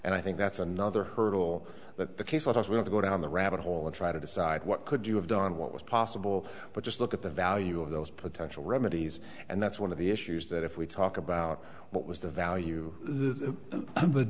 and i think that's another hurdle but the case was we have to go down the rabbit hole and try to decide what could you have done what was possible but just look at the value of those potential remedies and that's one of the issues that if we talk about what was the value of the